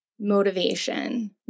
motivation